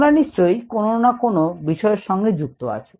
তোমার নিশ্চয়ই কোন কোন না কোন বিষয়ের সঙ্গে যুক্ত আছ